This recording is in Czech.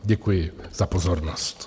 Děkuji za pozornost.